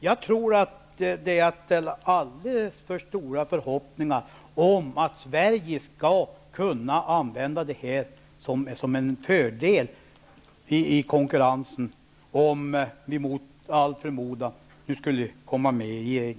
Jag tror att Per Stenmarck fäster alldeles för stora förhoppningar vid att Sverige skall kunna använda vår strängare kvalitetskontroll som en fördel i konkurrensen, om vi mot all förmodan skulle komma med i EG.